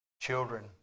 Children